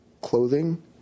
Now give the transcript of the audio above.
clothing